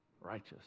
righteous